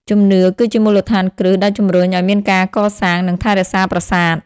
ជំនឿ គឺជាមូលដ្ឋានគ្រឹះដែលជំរុញឱ្យមានការកសាង និងថែរក្សាប្រាសាទ។